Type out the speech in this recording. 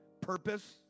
purpose